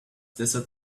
dessert